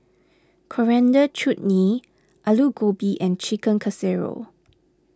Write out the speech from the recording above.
Coriander Chutney Alu Gobi and Chicken Casserole